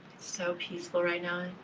so peaceful right now.